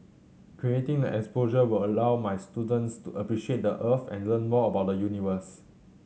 creating the exposure will allow my students to appreciate the Earth and learn more about the universe